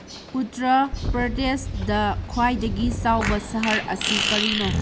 ꯎꯇ꯭ꯔ ꯄ꯭ꯔꯗꯦꯁꯗ ꯈ꯭ꯋꯥꯏꯗꯒꯤ ꯆꯥꯎꯕ ꯁꯍꯔ ꯑꯁꯤ ꯀꯔꯤꯅꯣ